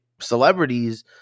celebrities